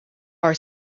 are